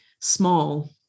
small